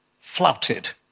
flouted